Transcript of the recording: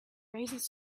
raises